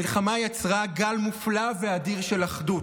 המלחמה יצרה גל מופלא ואדיר של אחדות.